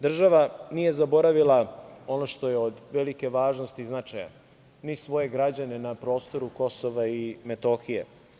Država nije zaboravila ono što je od velike važnosti i značaja, ni svoje građane na prostoru Kosova i Metohije.